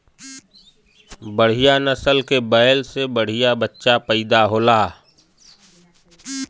बढ़िया नसल के बैल से बढ़िया बच्चा पइदा होला